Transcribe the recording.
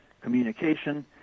communication